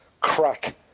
crack